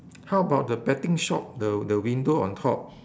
how about the betting shop the the window on top